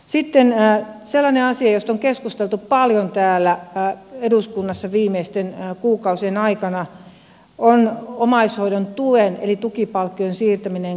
sitten sellainen asia josta on keskusteltu paljon täällä eduskunnassa viimeisten kuukausien aikana on omaishoidon tuen eli tukipalkkion siirtäminen kelalle